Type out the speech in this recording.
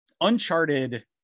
Uncharted